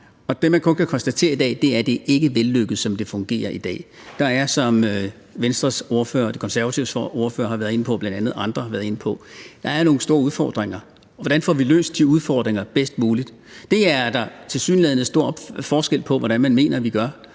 det, man så kan konstatere i dag, er, at det ikke er vellykket, som det fungerer i dag. Der er, som Venstres ordfører og De Konservatives ordfører og andre har været inde på, nogle store udfordringer. Hvordan får vi løst de udfordringer bedst muligt? Det er der tilsyneladende stor forskel på hvordan man mener at vi gør.